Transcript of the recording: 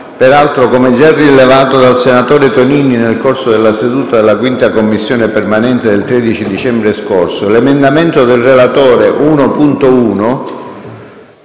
Peraltro, come già rilevato dal senatore Tonini nel corso della seduta della 5a Commissione permanente del 13 dicembre scorso, l'emendamento del relatore 1.1,